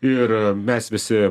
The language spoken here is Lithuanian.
ir mes visi